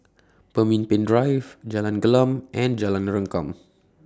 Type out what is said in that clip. Pemimpin Drive Jalan Gelam and Jalan Rengkam